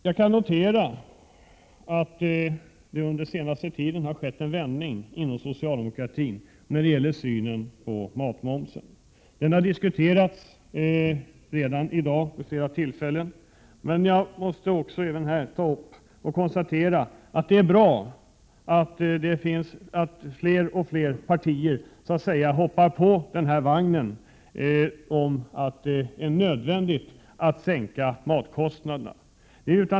Jag kan notera att det under den senaste tiden har skett en vändning inom socialdemokratin när det gäller synen på matmomsen. Matmomsen har redan diskuterats vid flera tillfällen i dag. Men jag måste säga att det är bra att fler och fler partier ansluter sig till uppfattningen att det är nödvändigt att sänka matkostnaderna.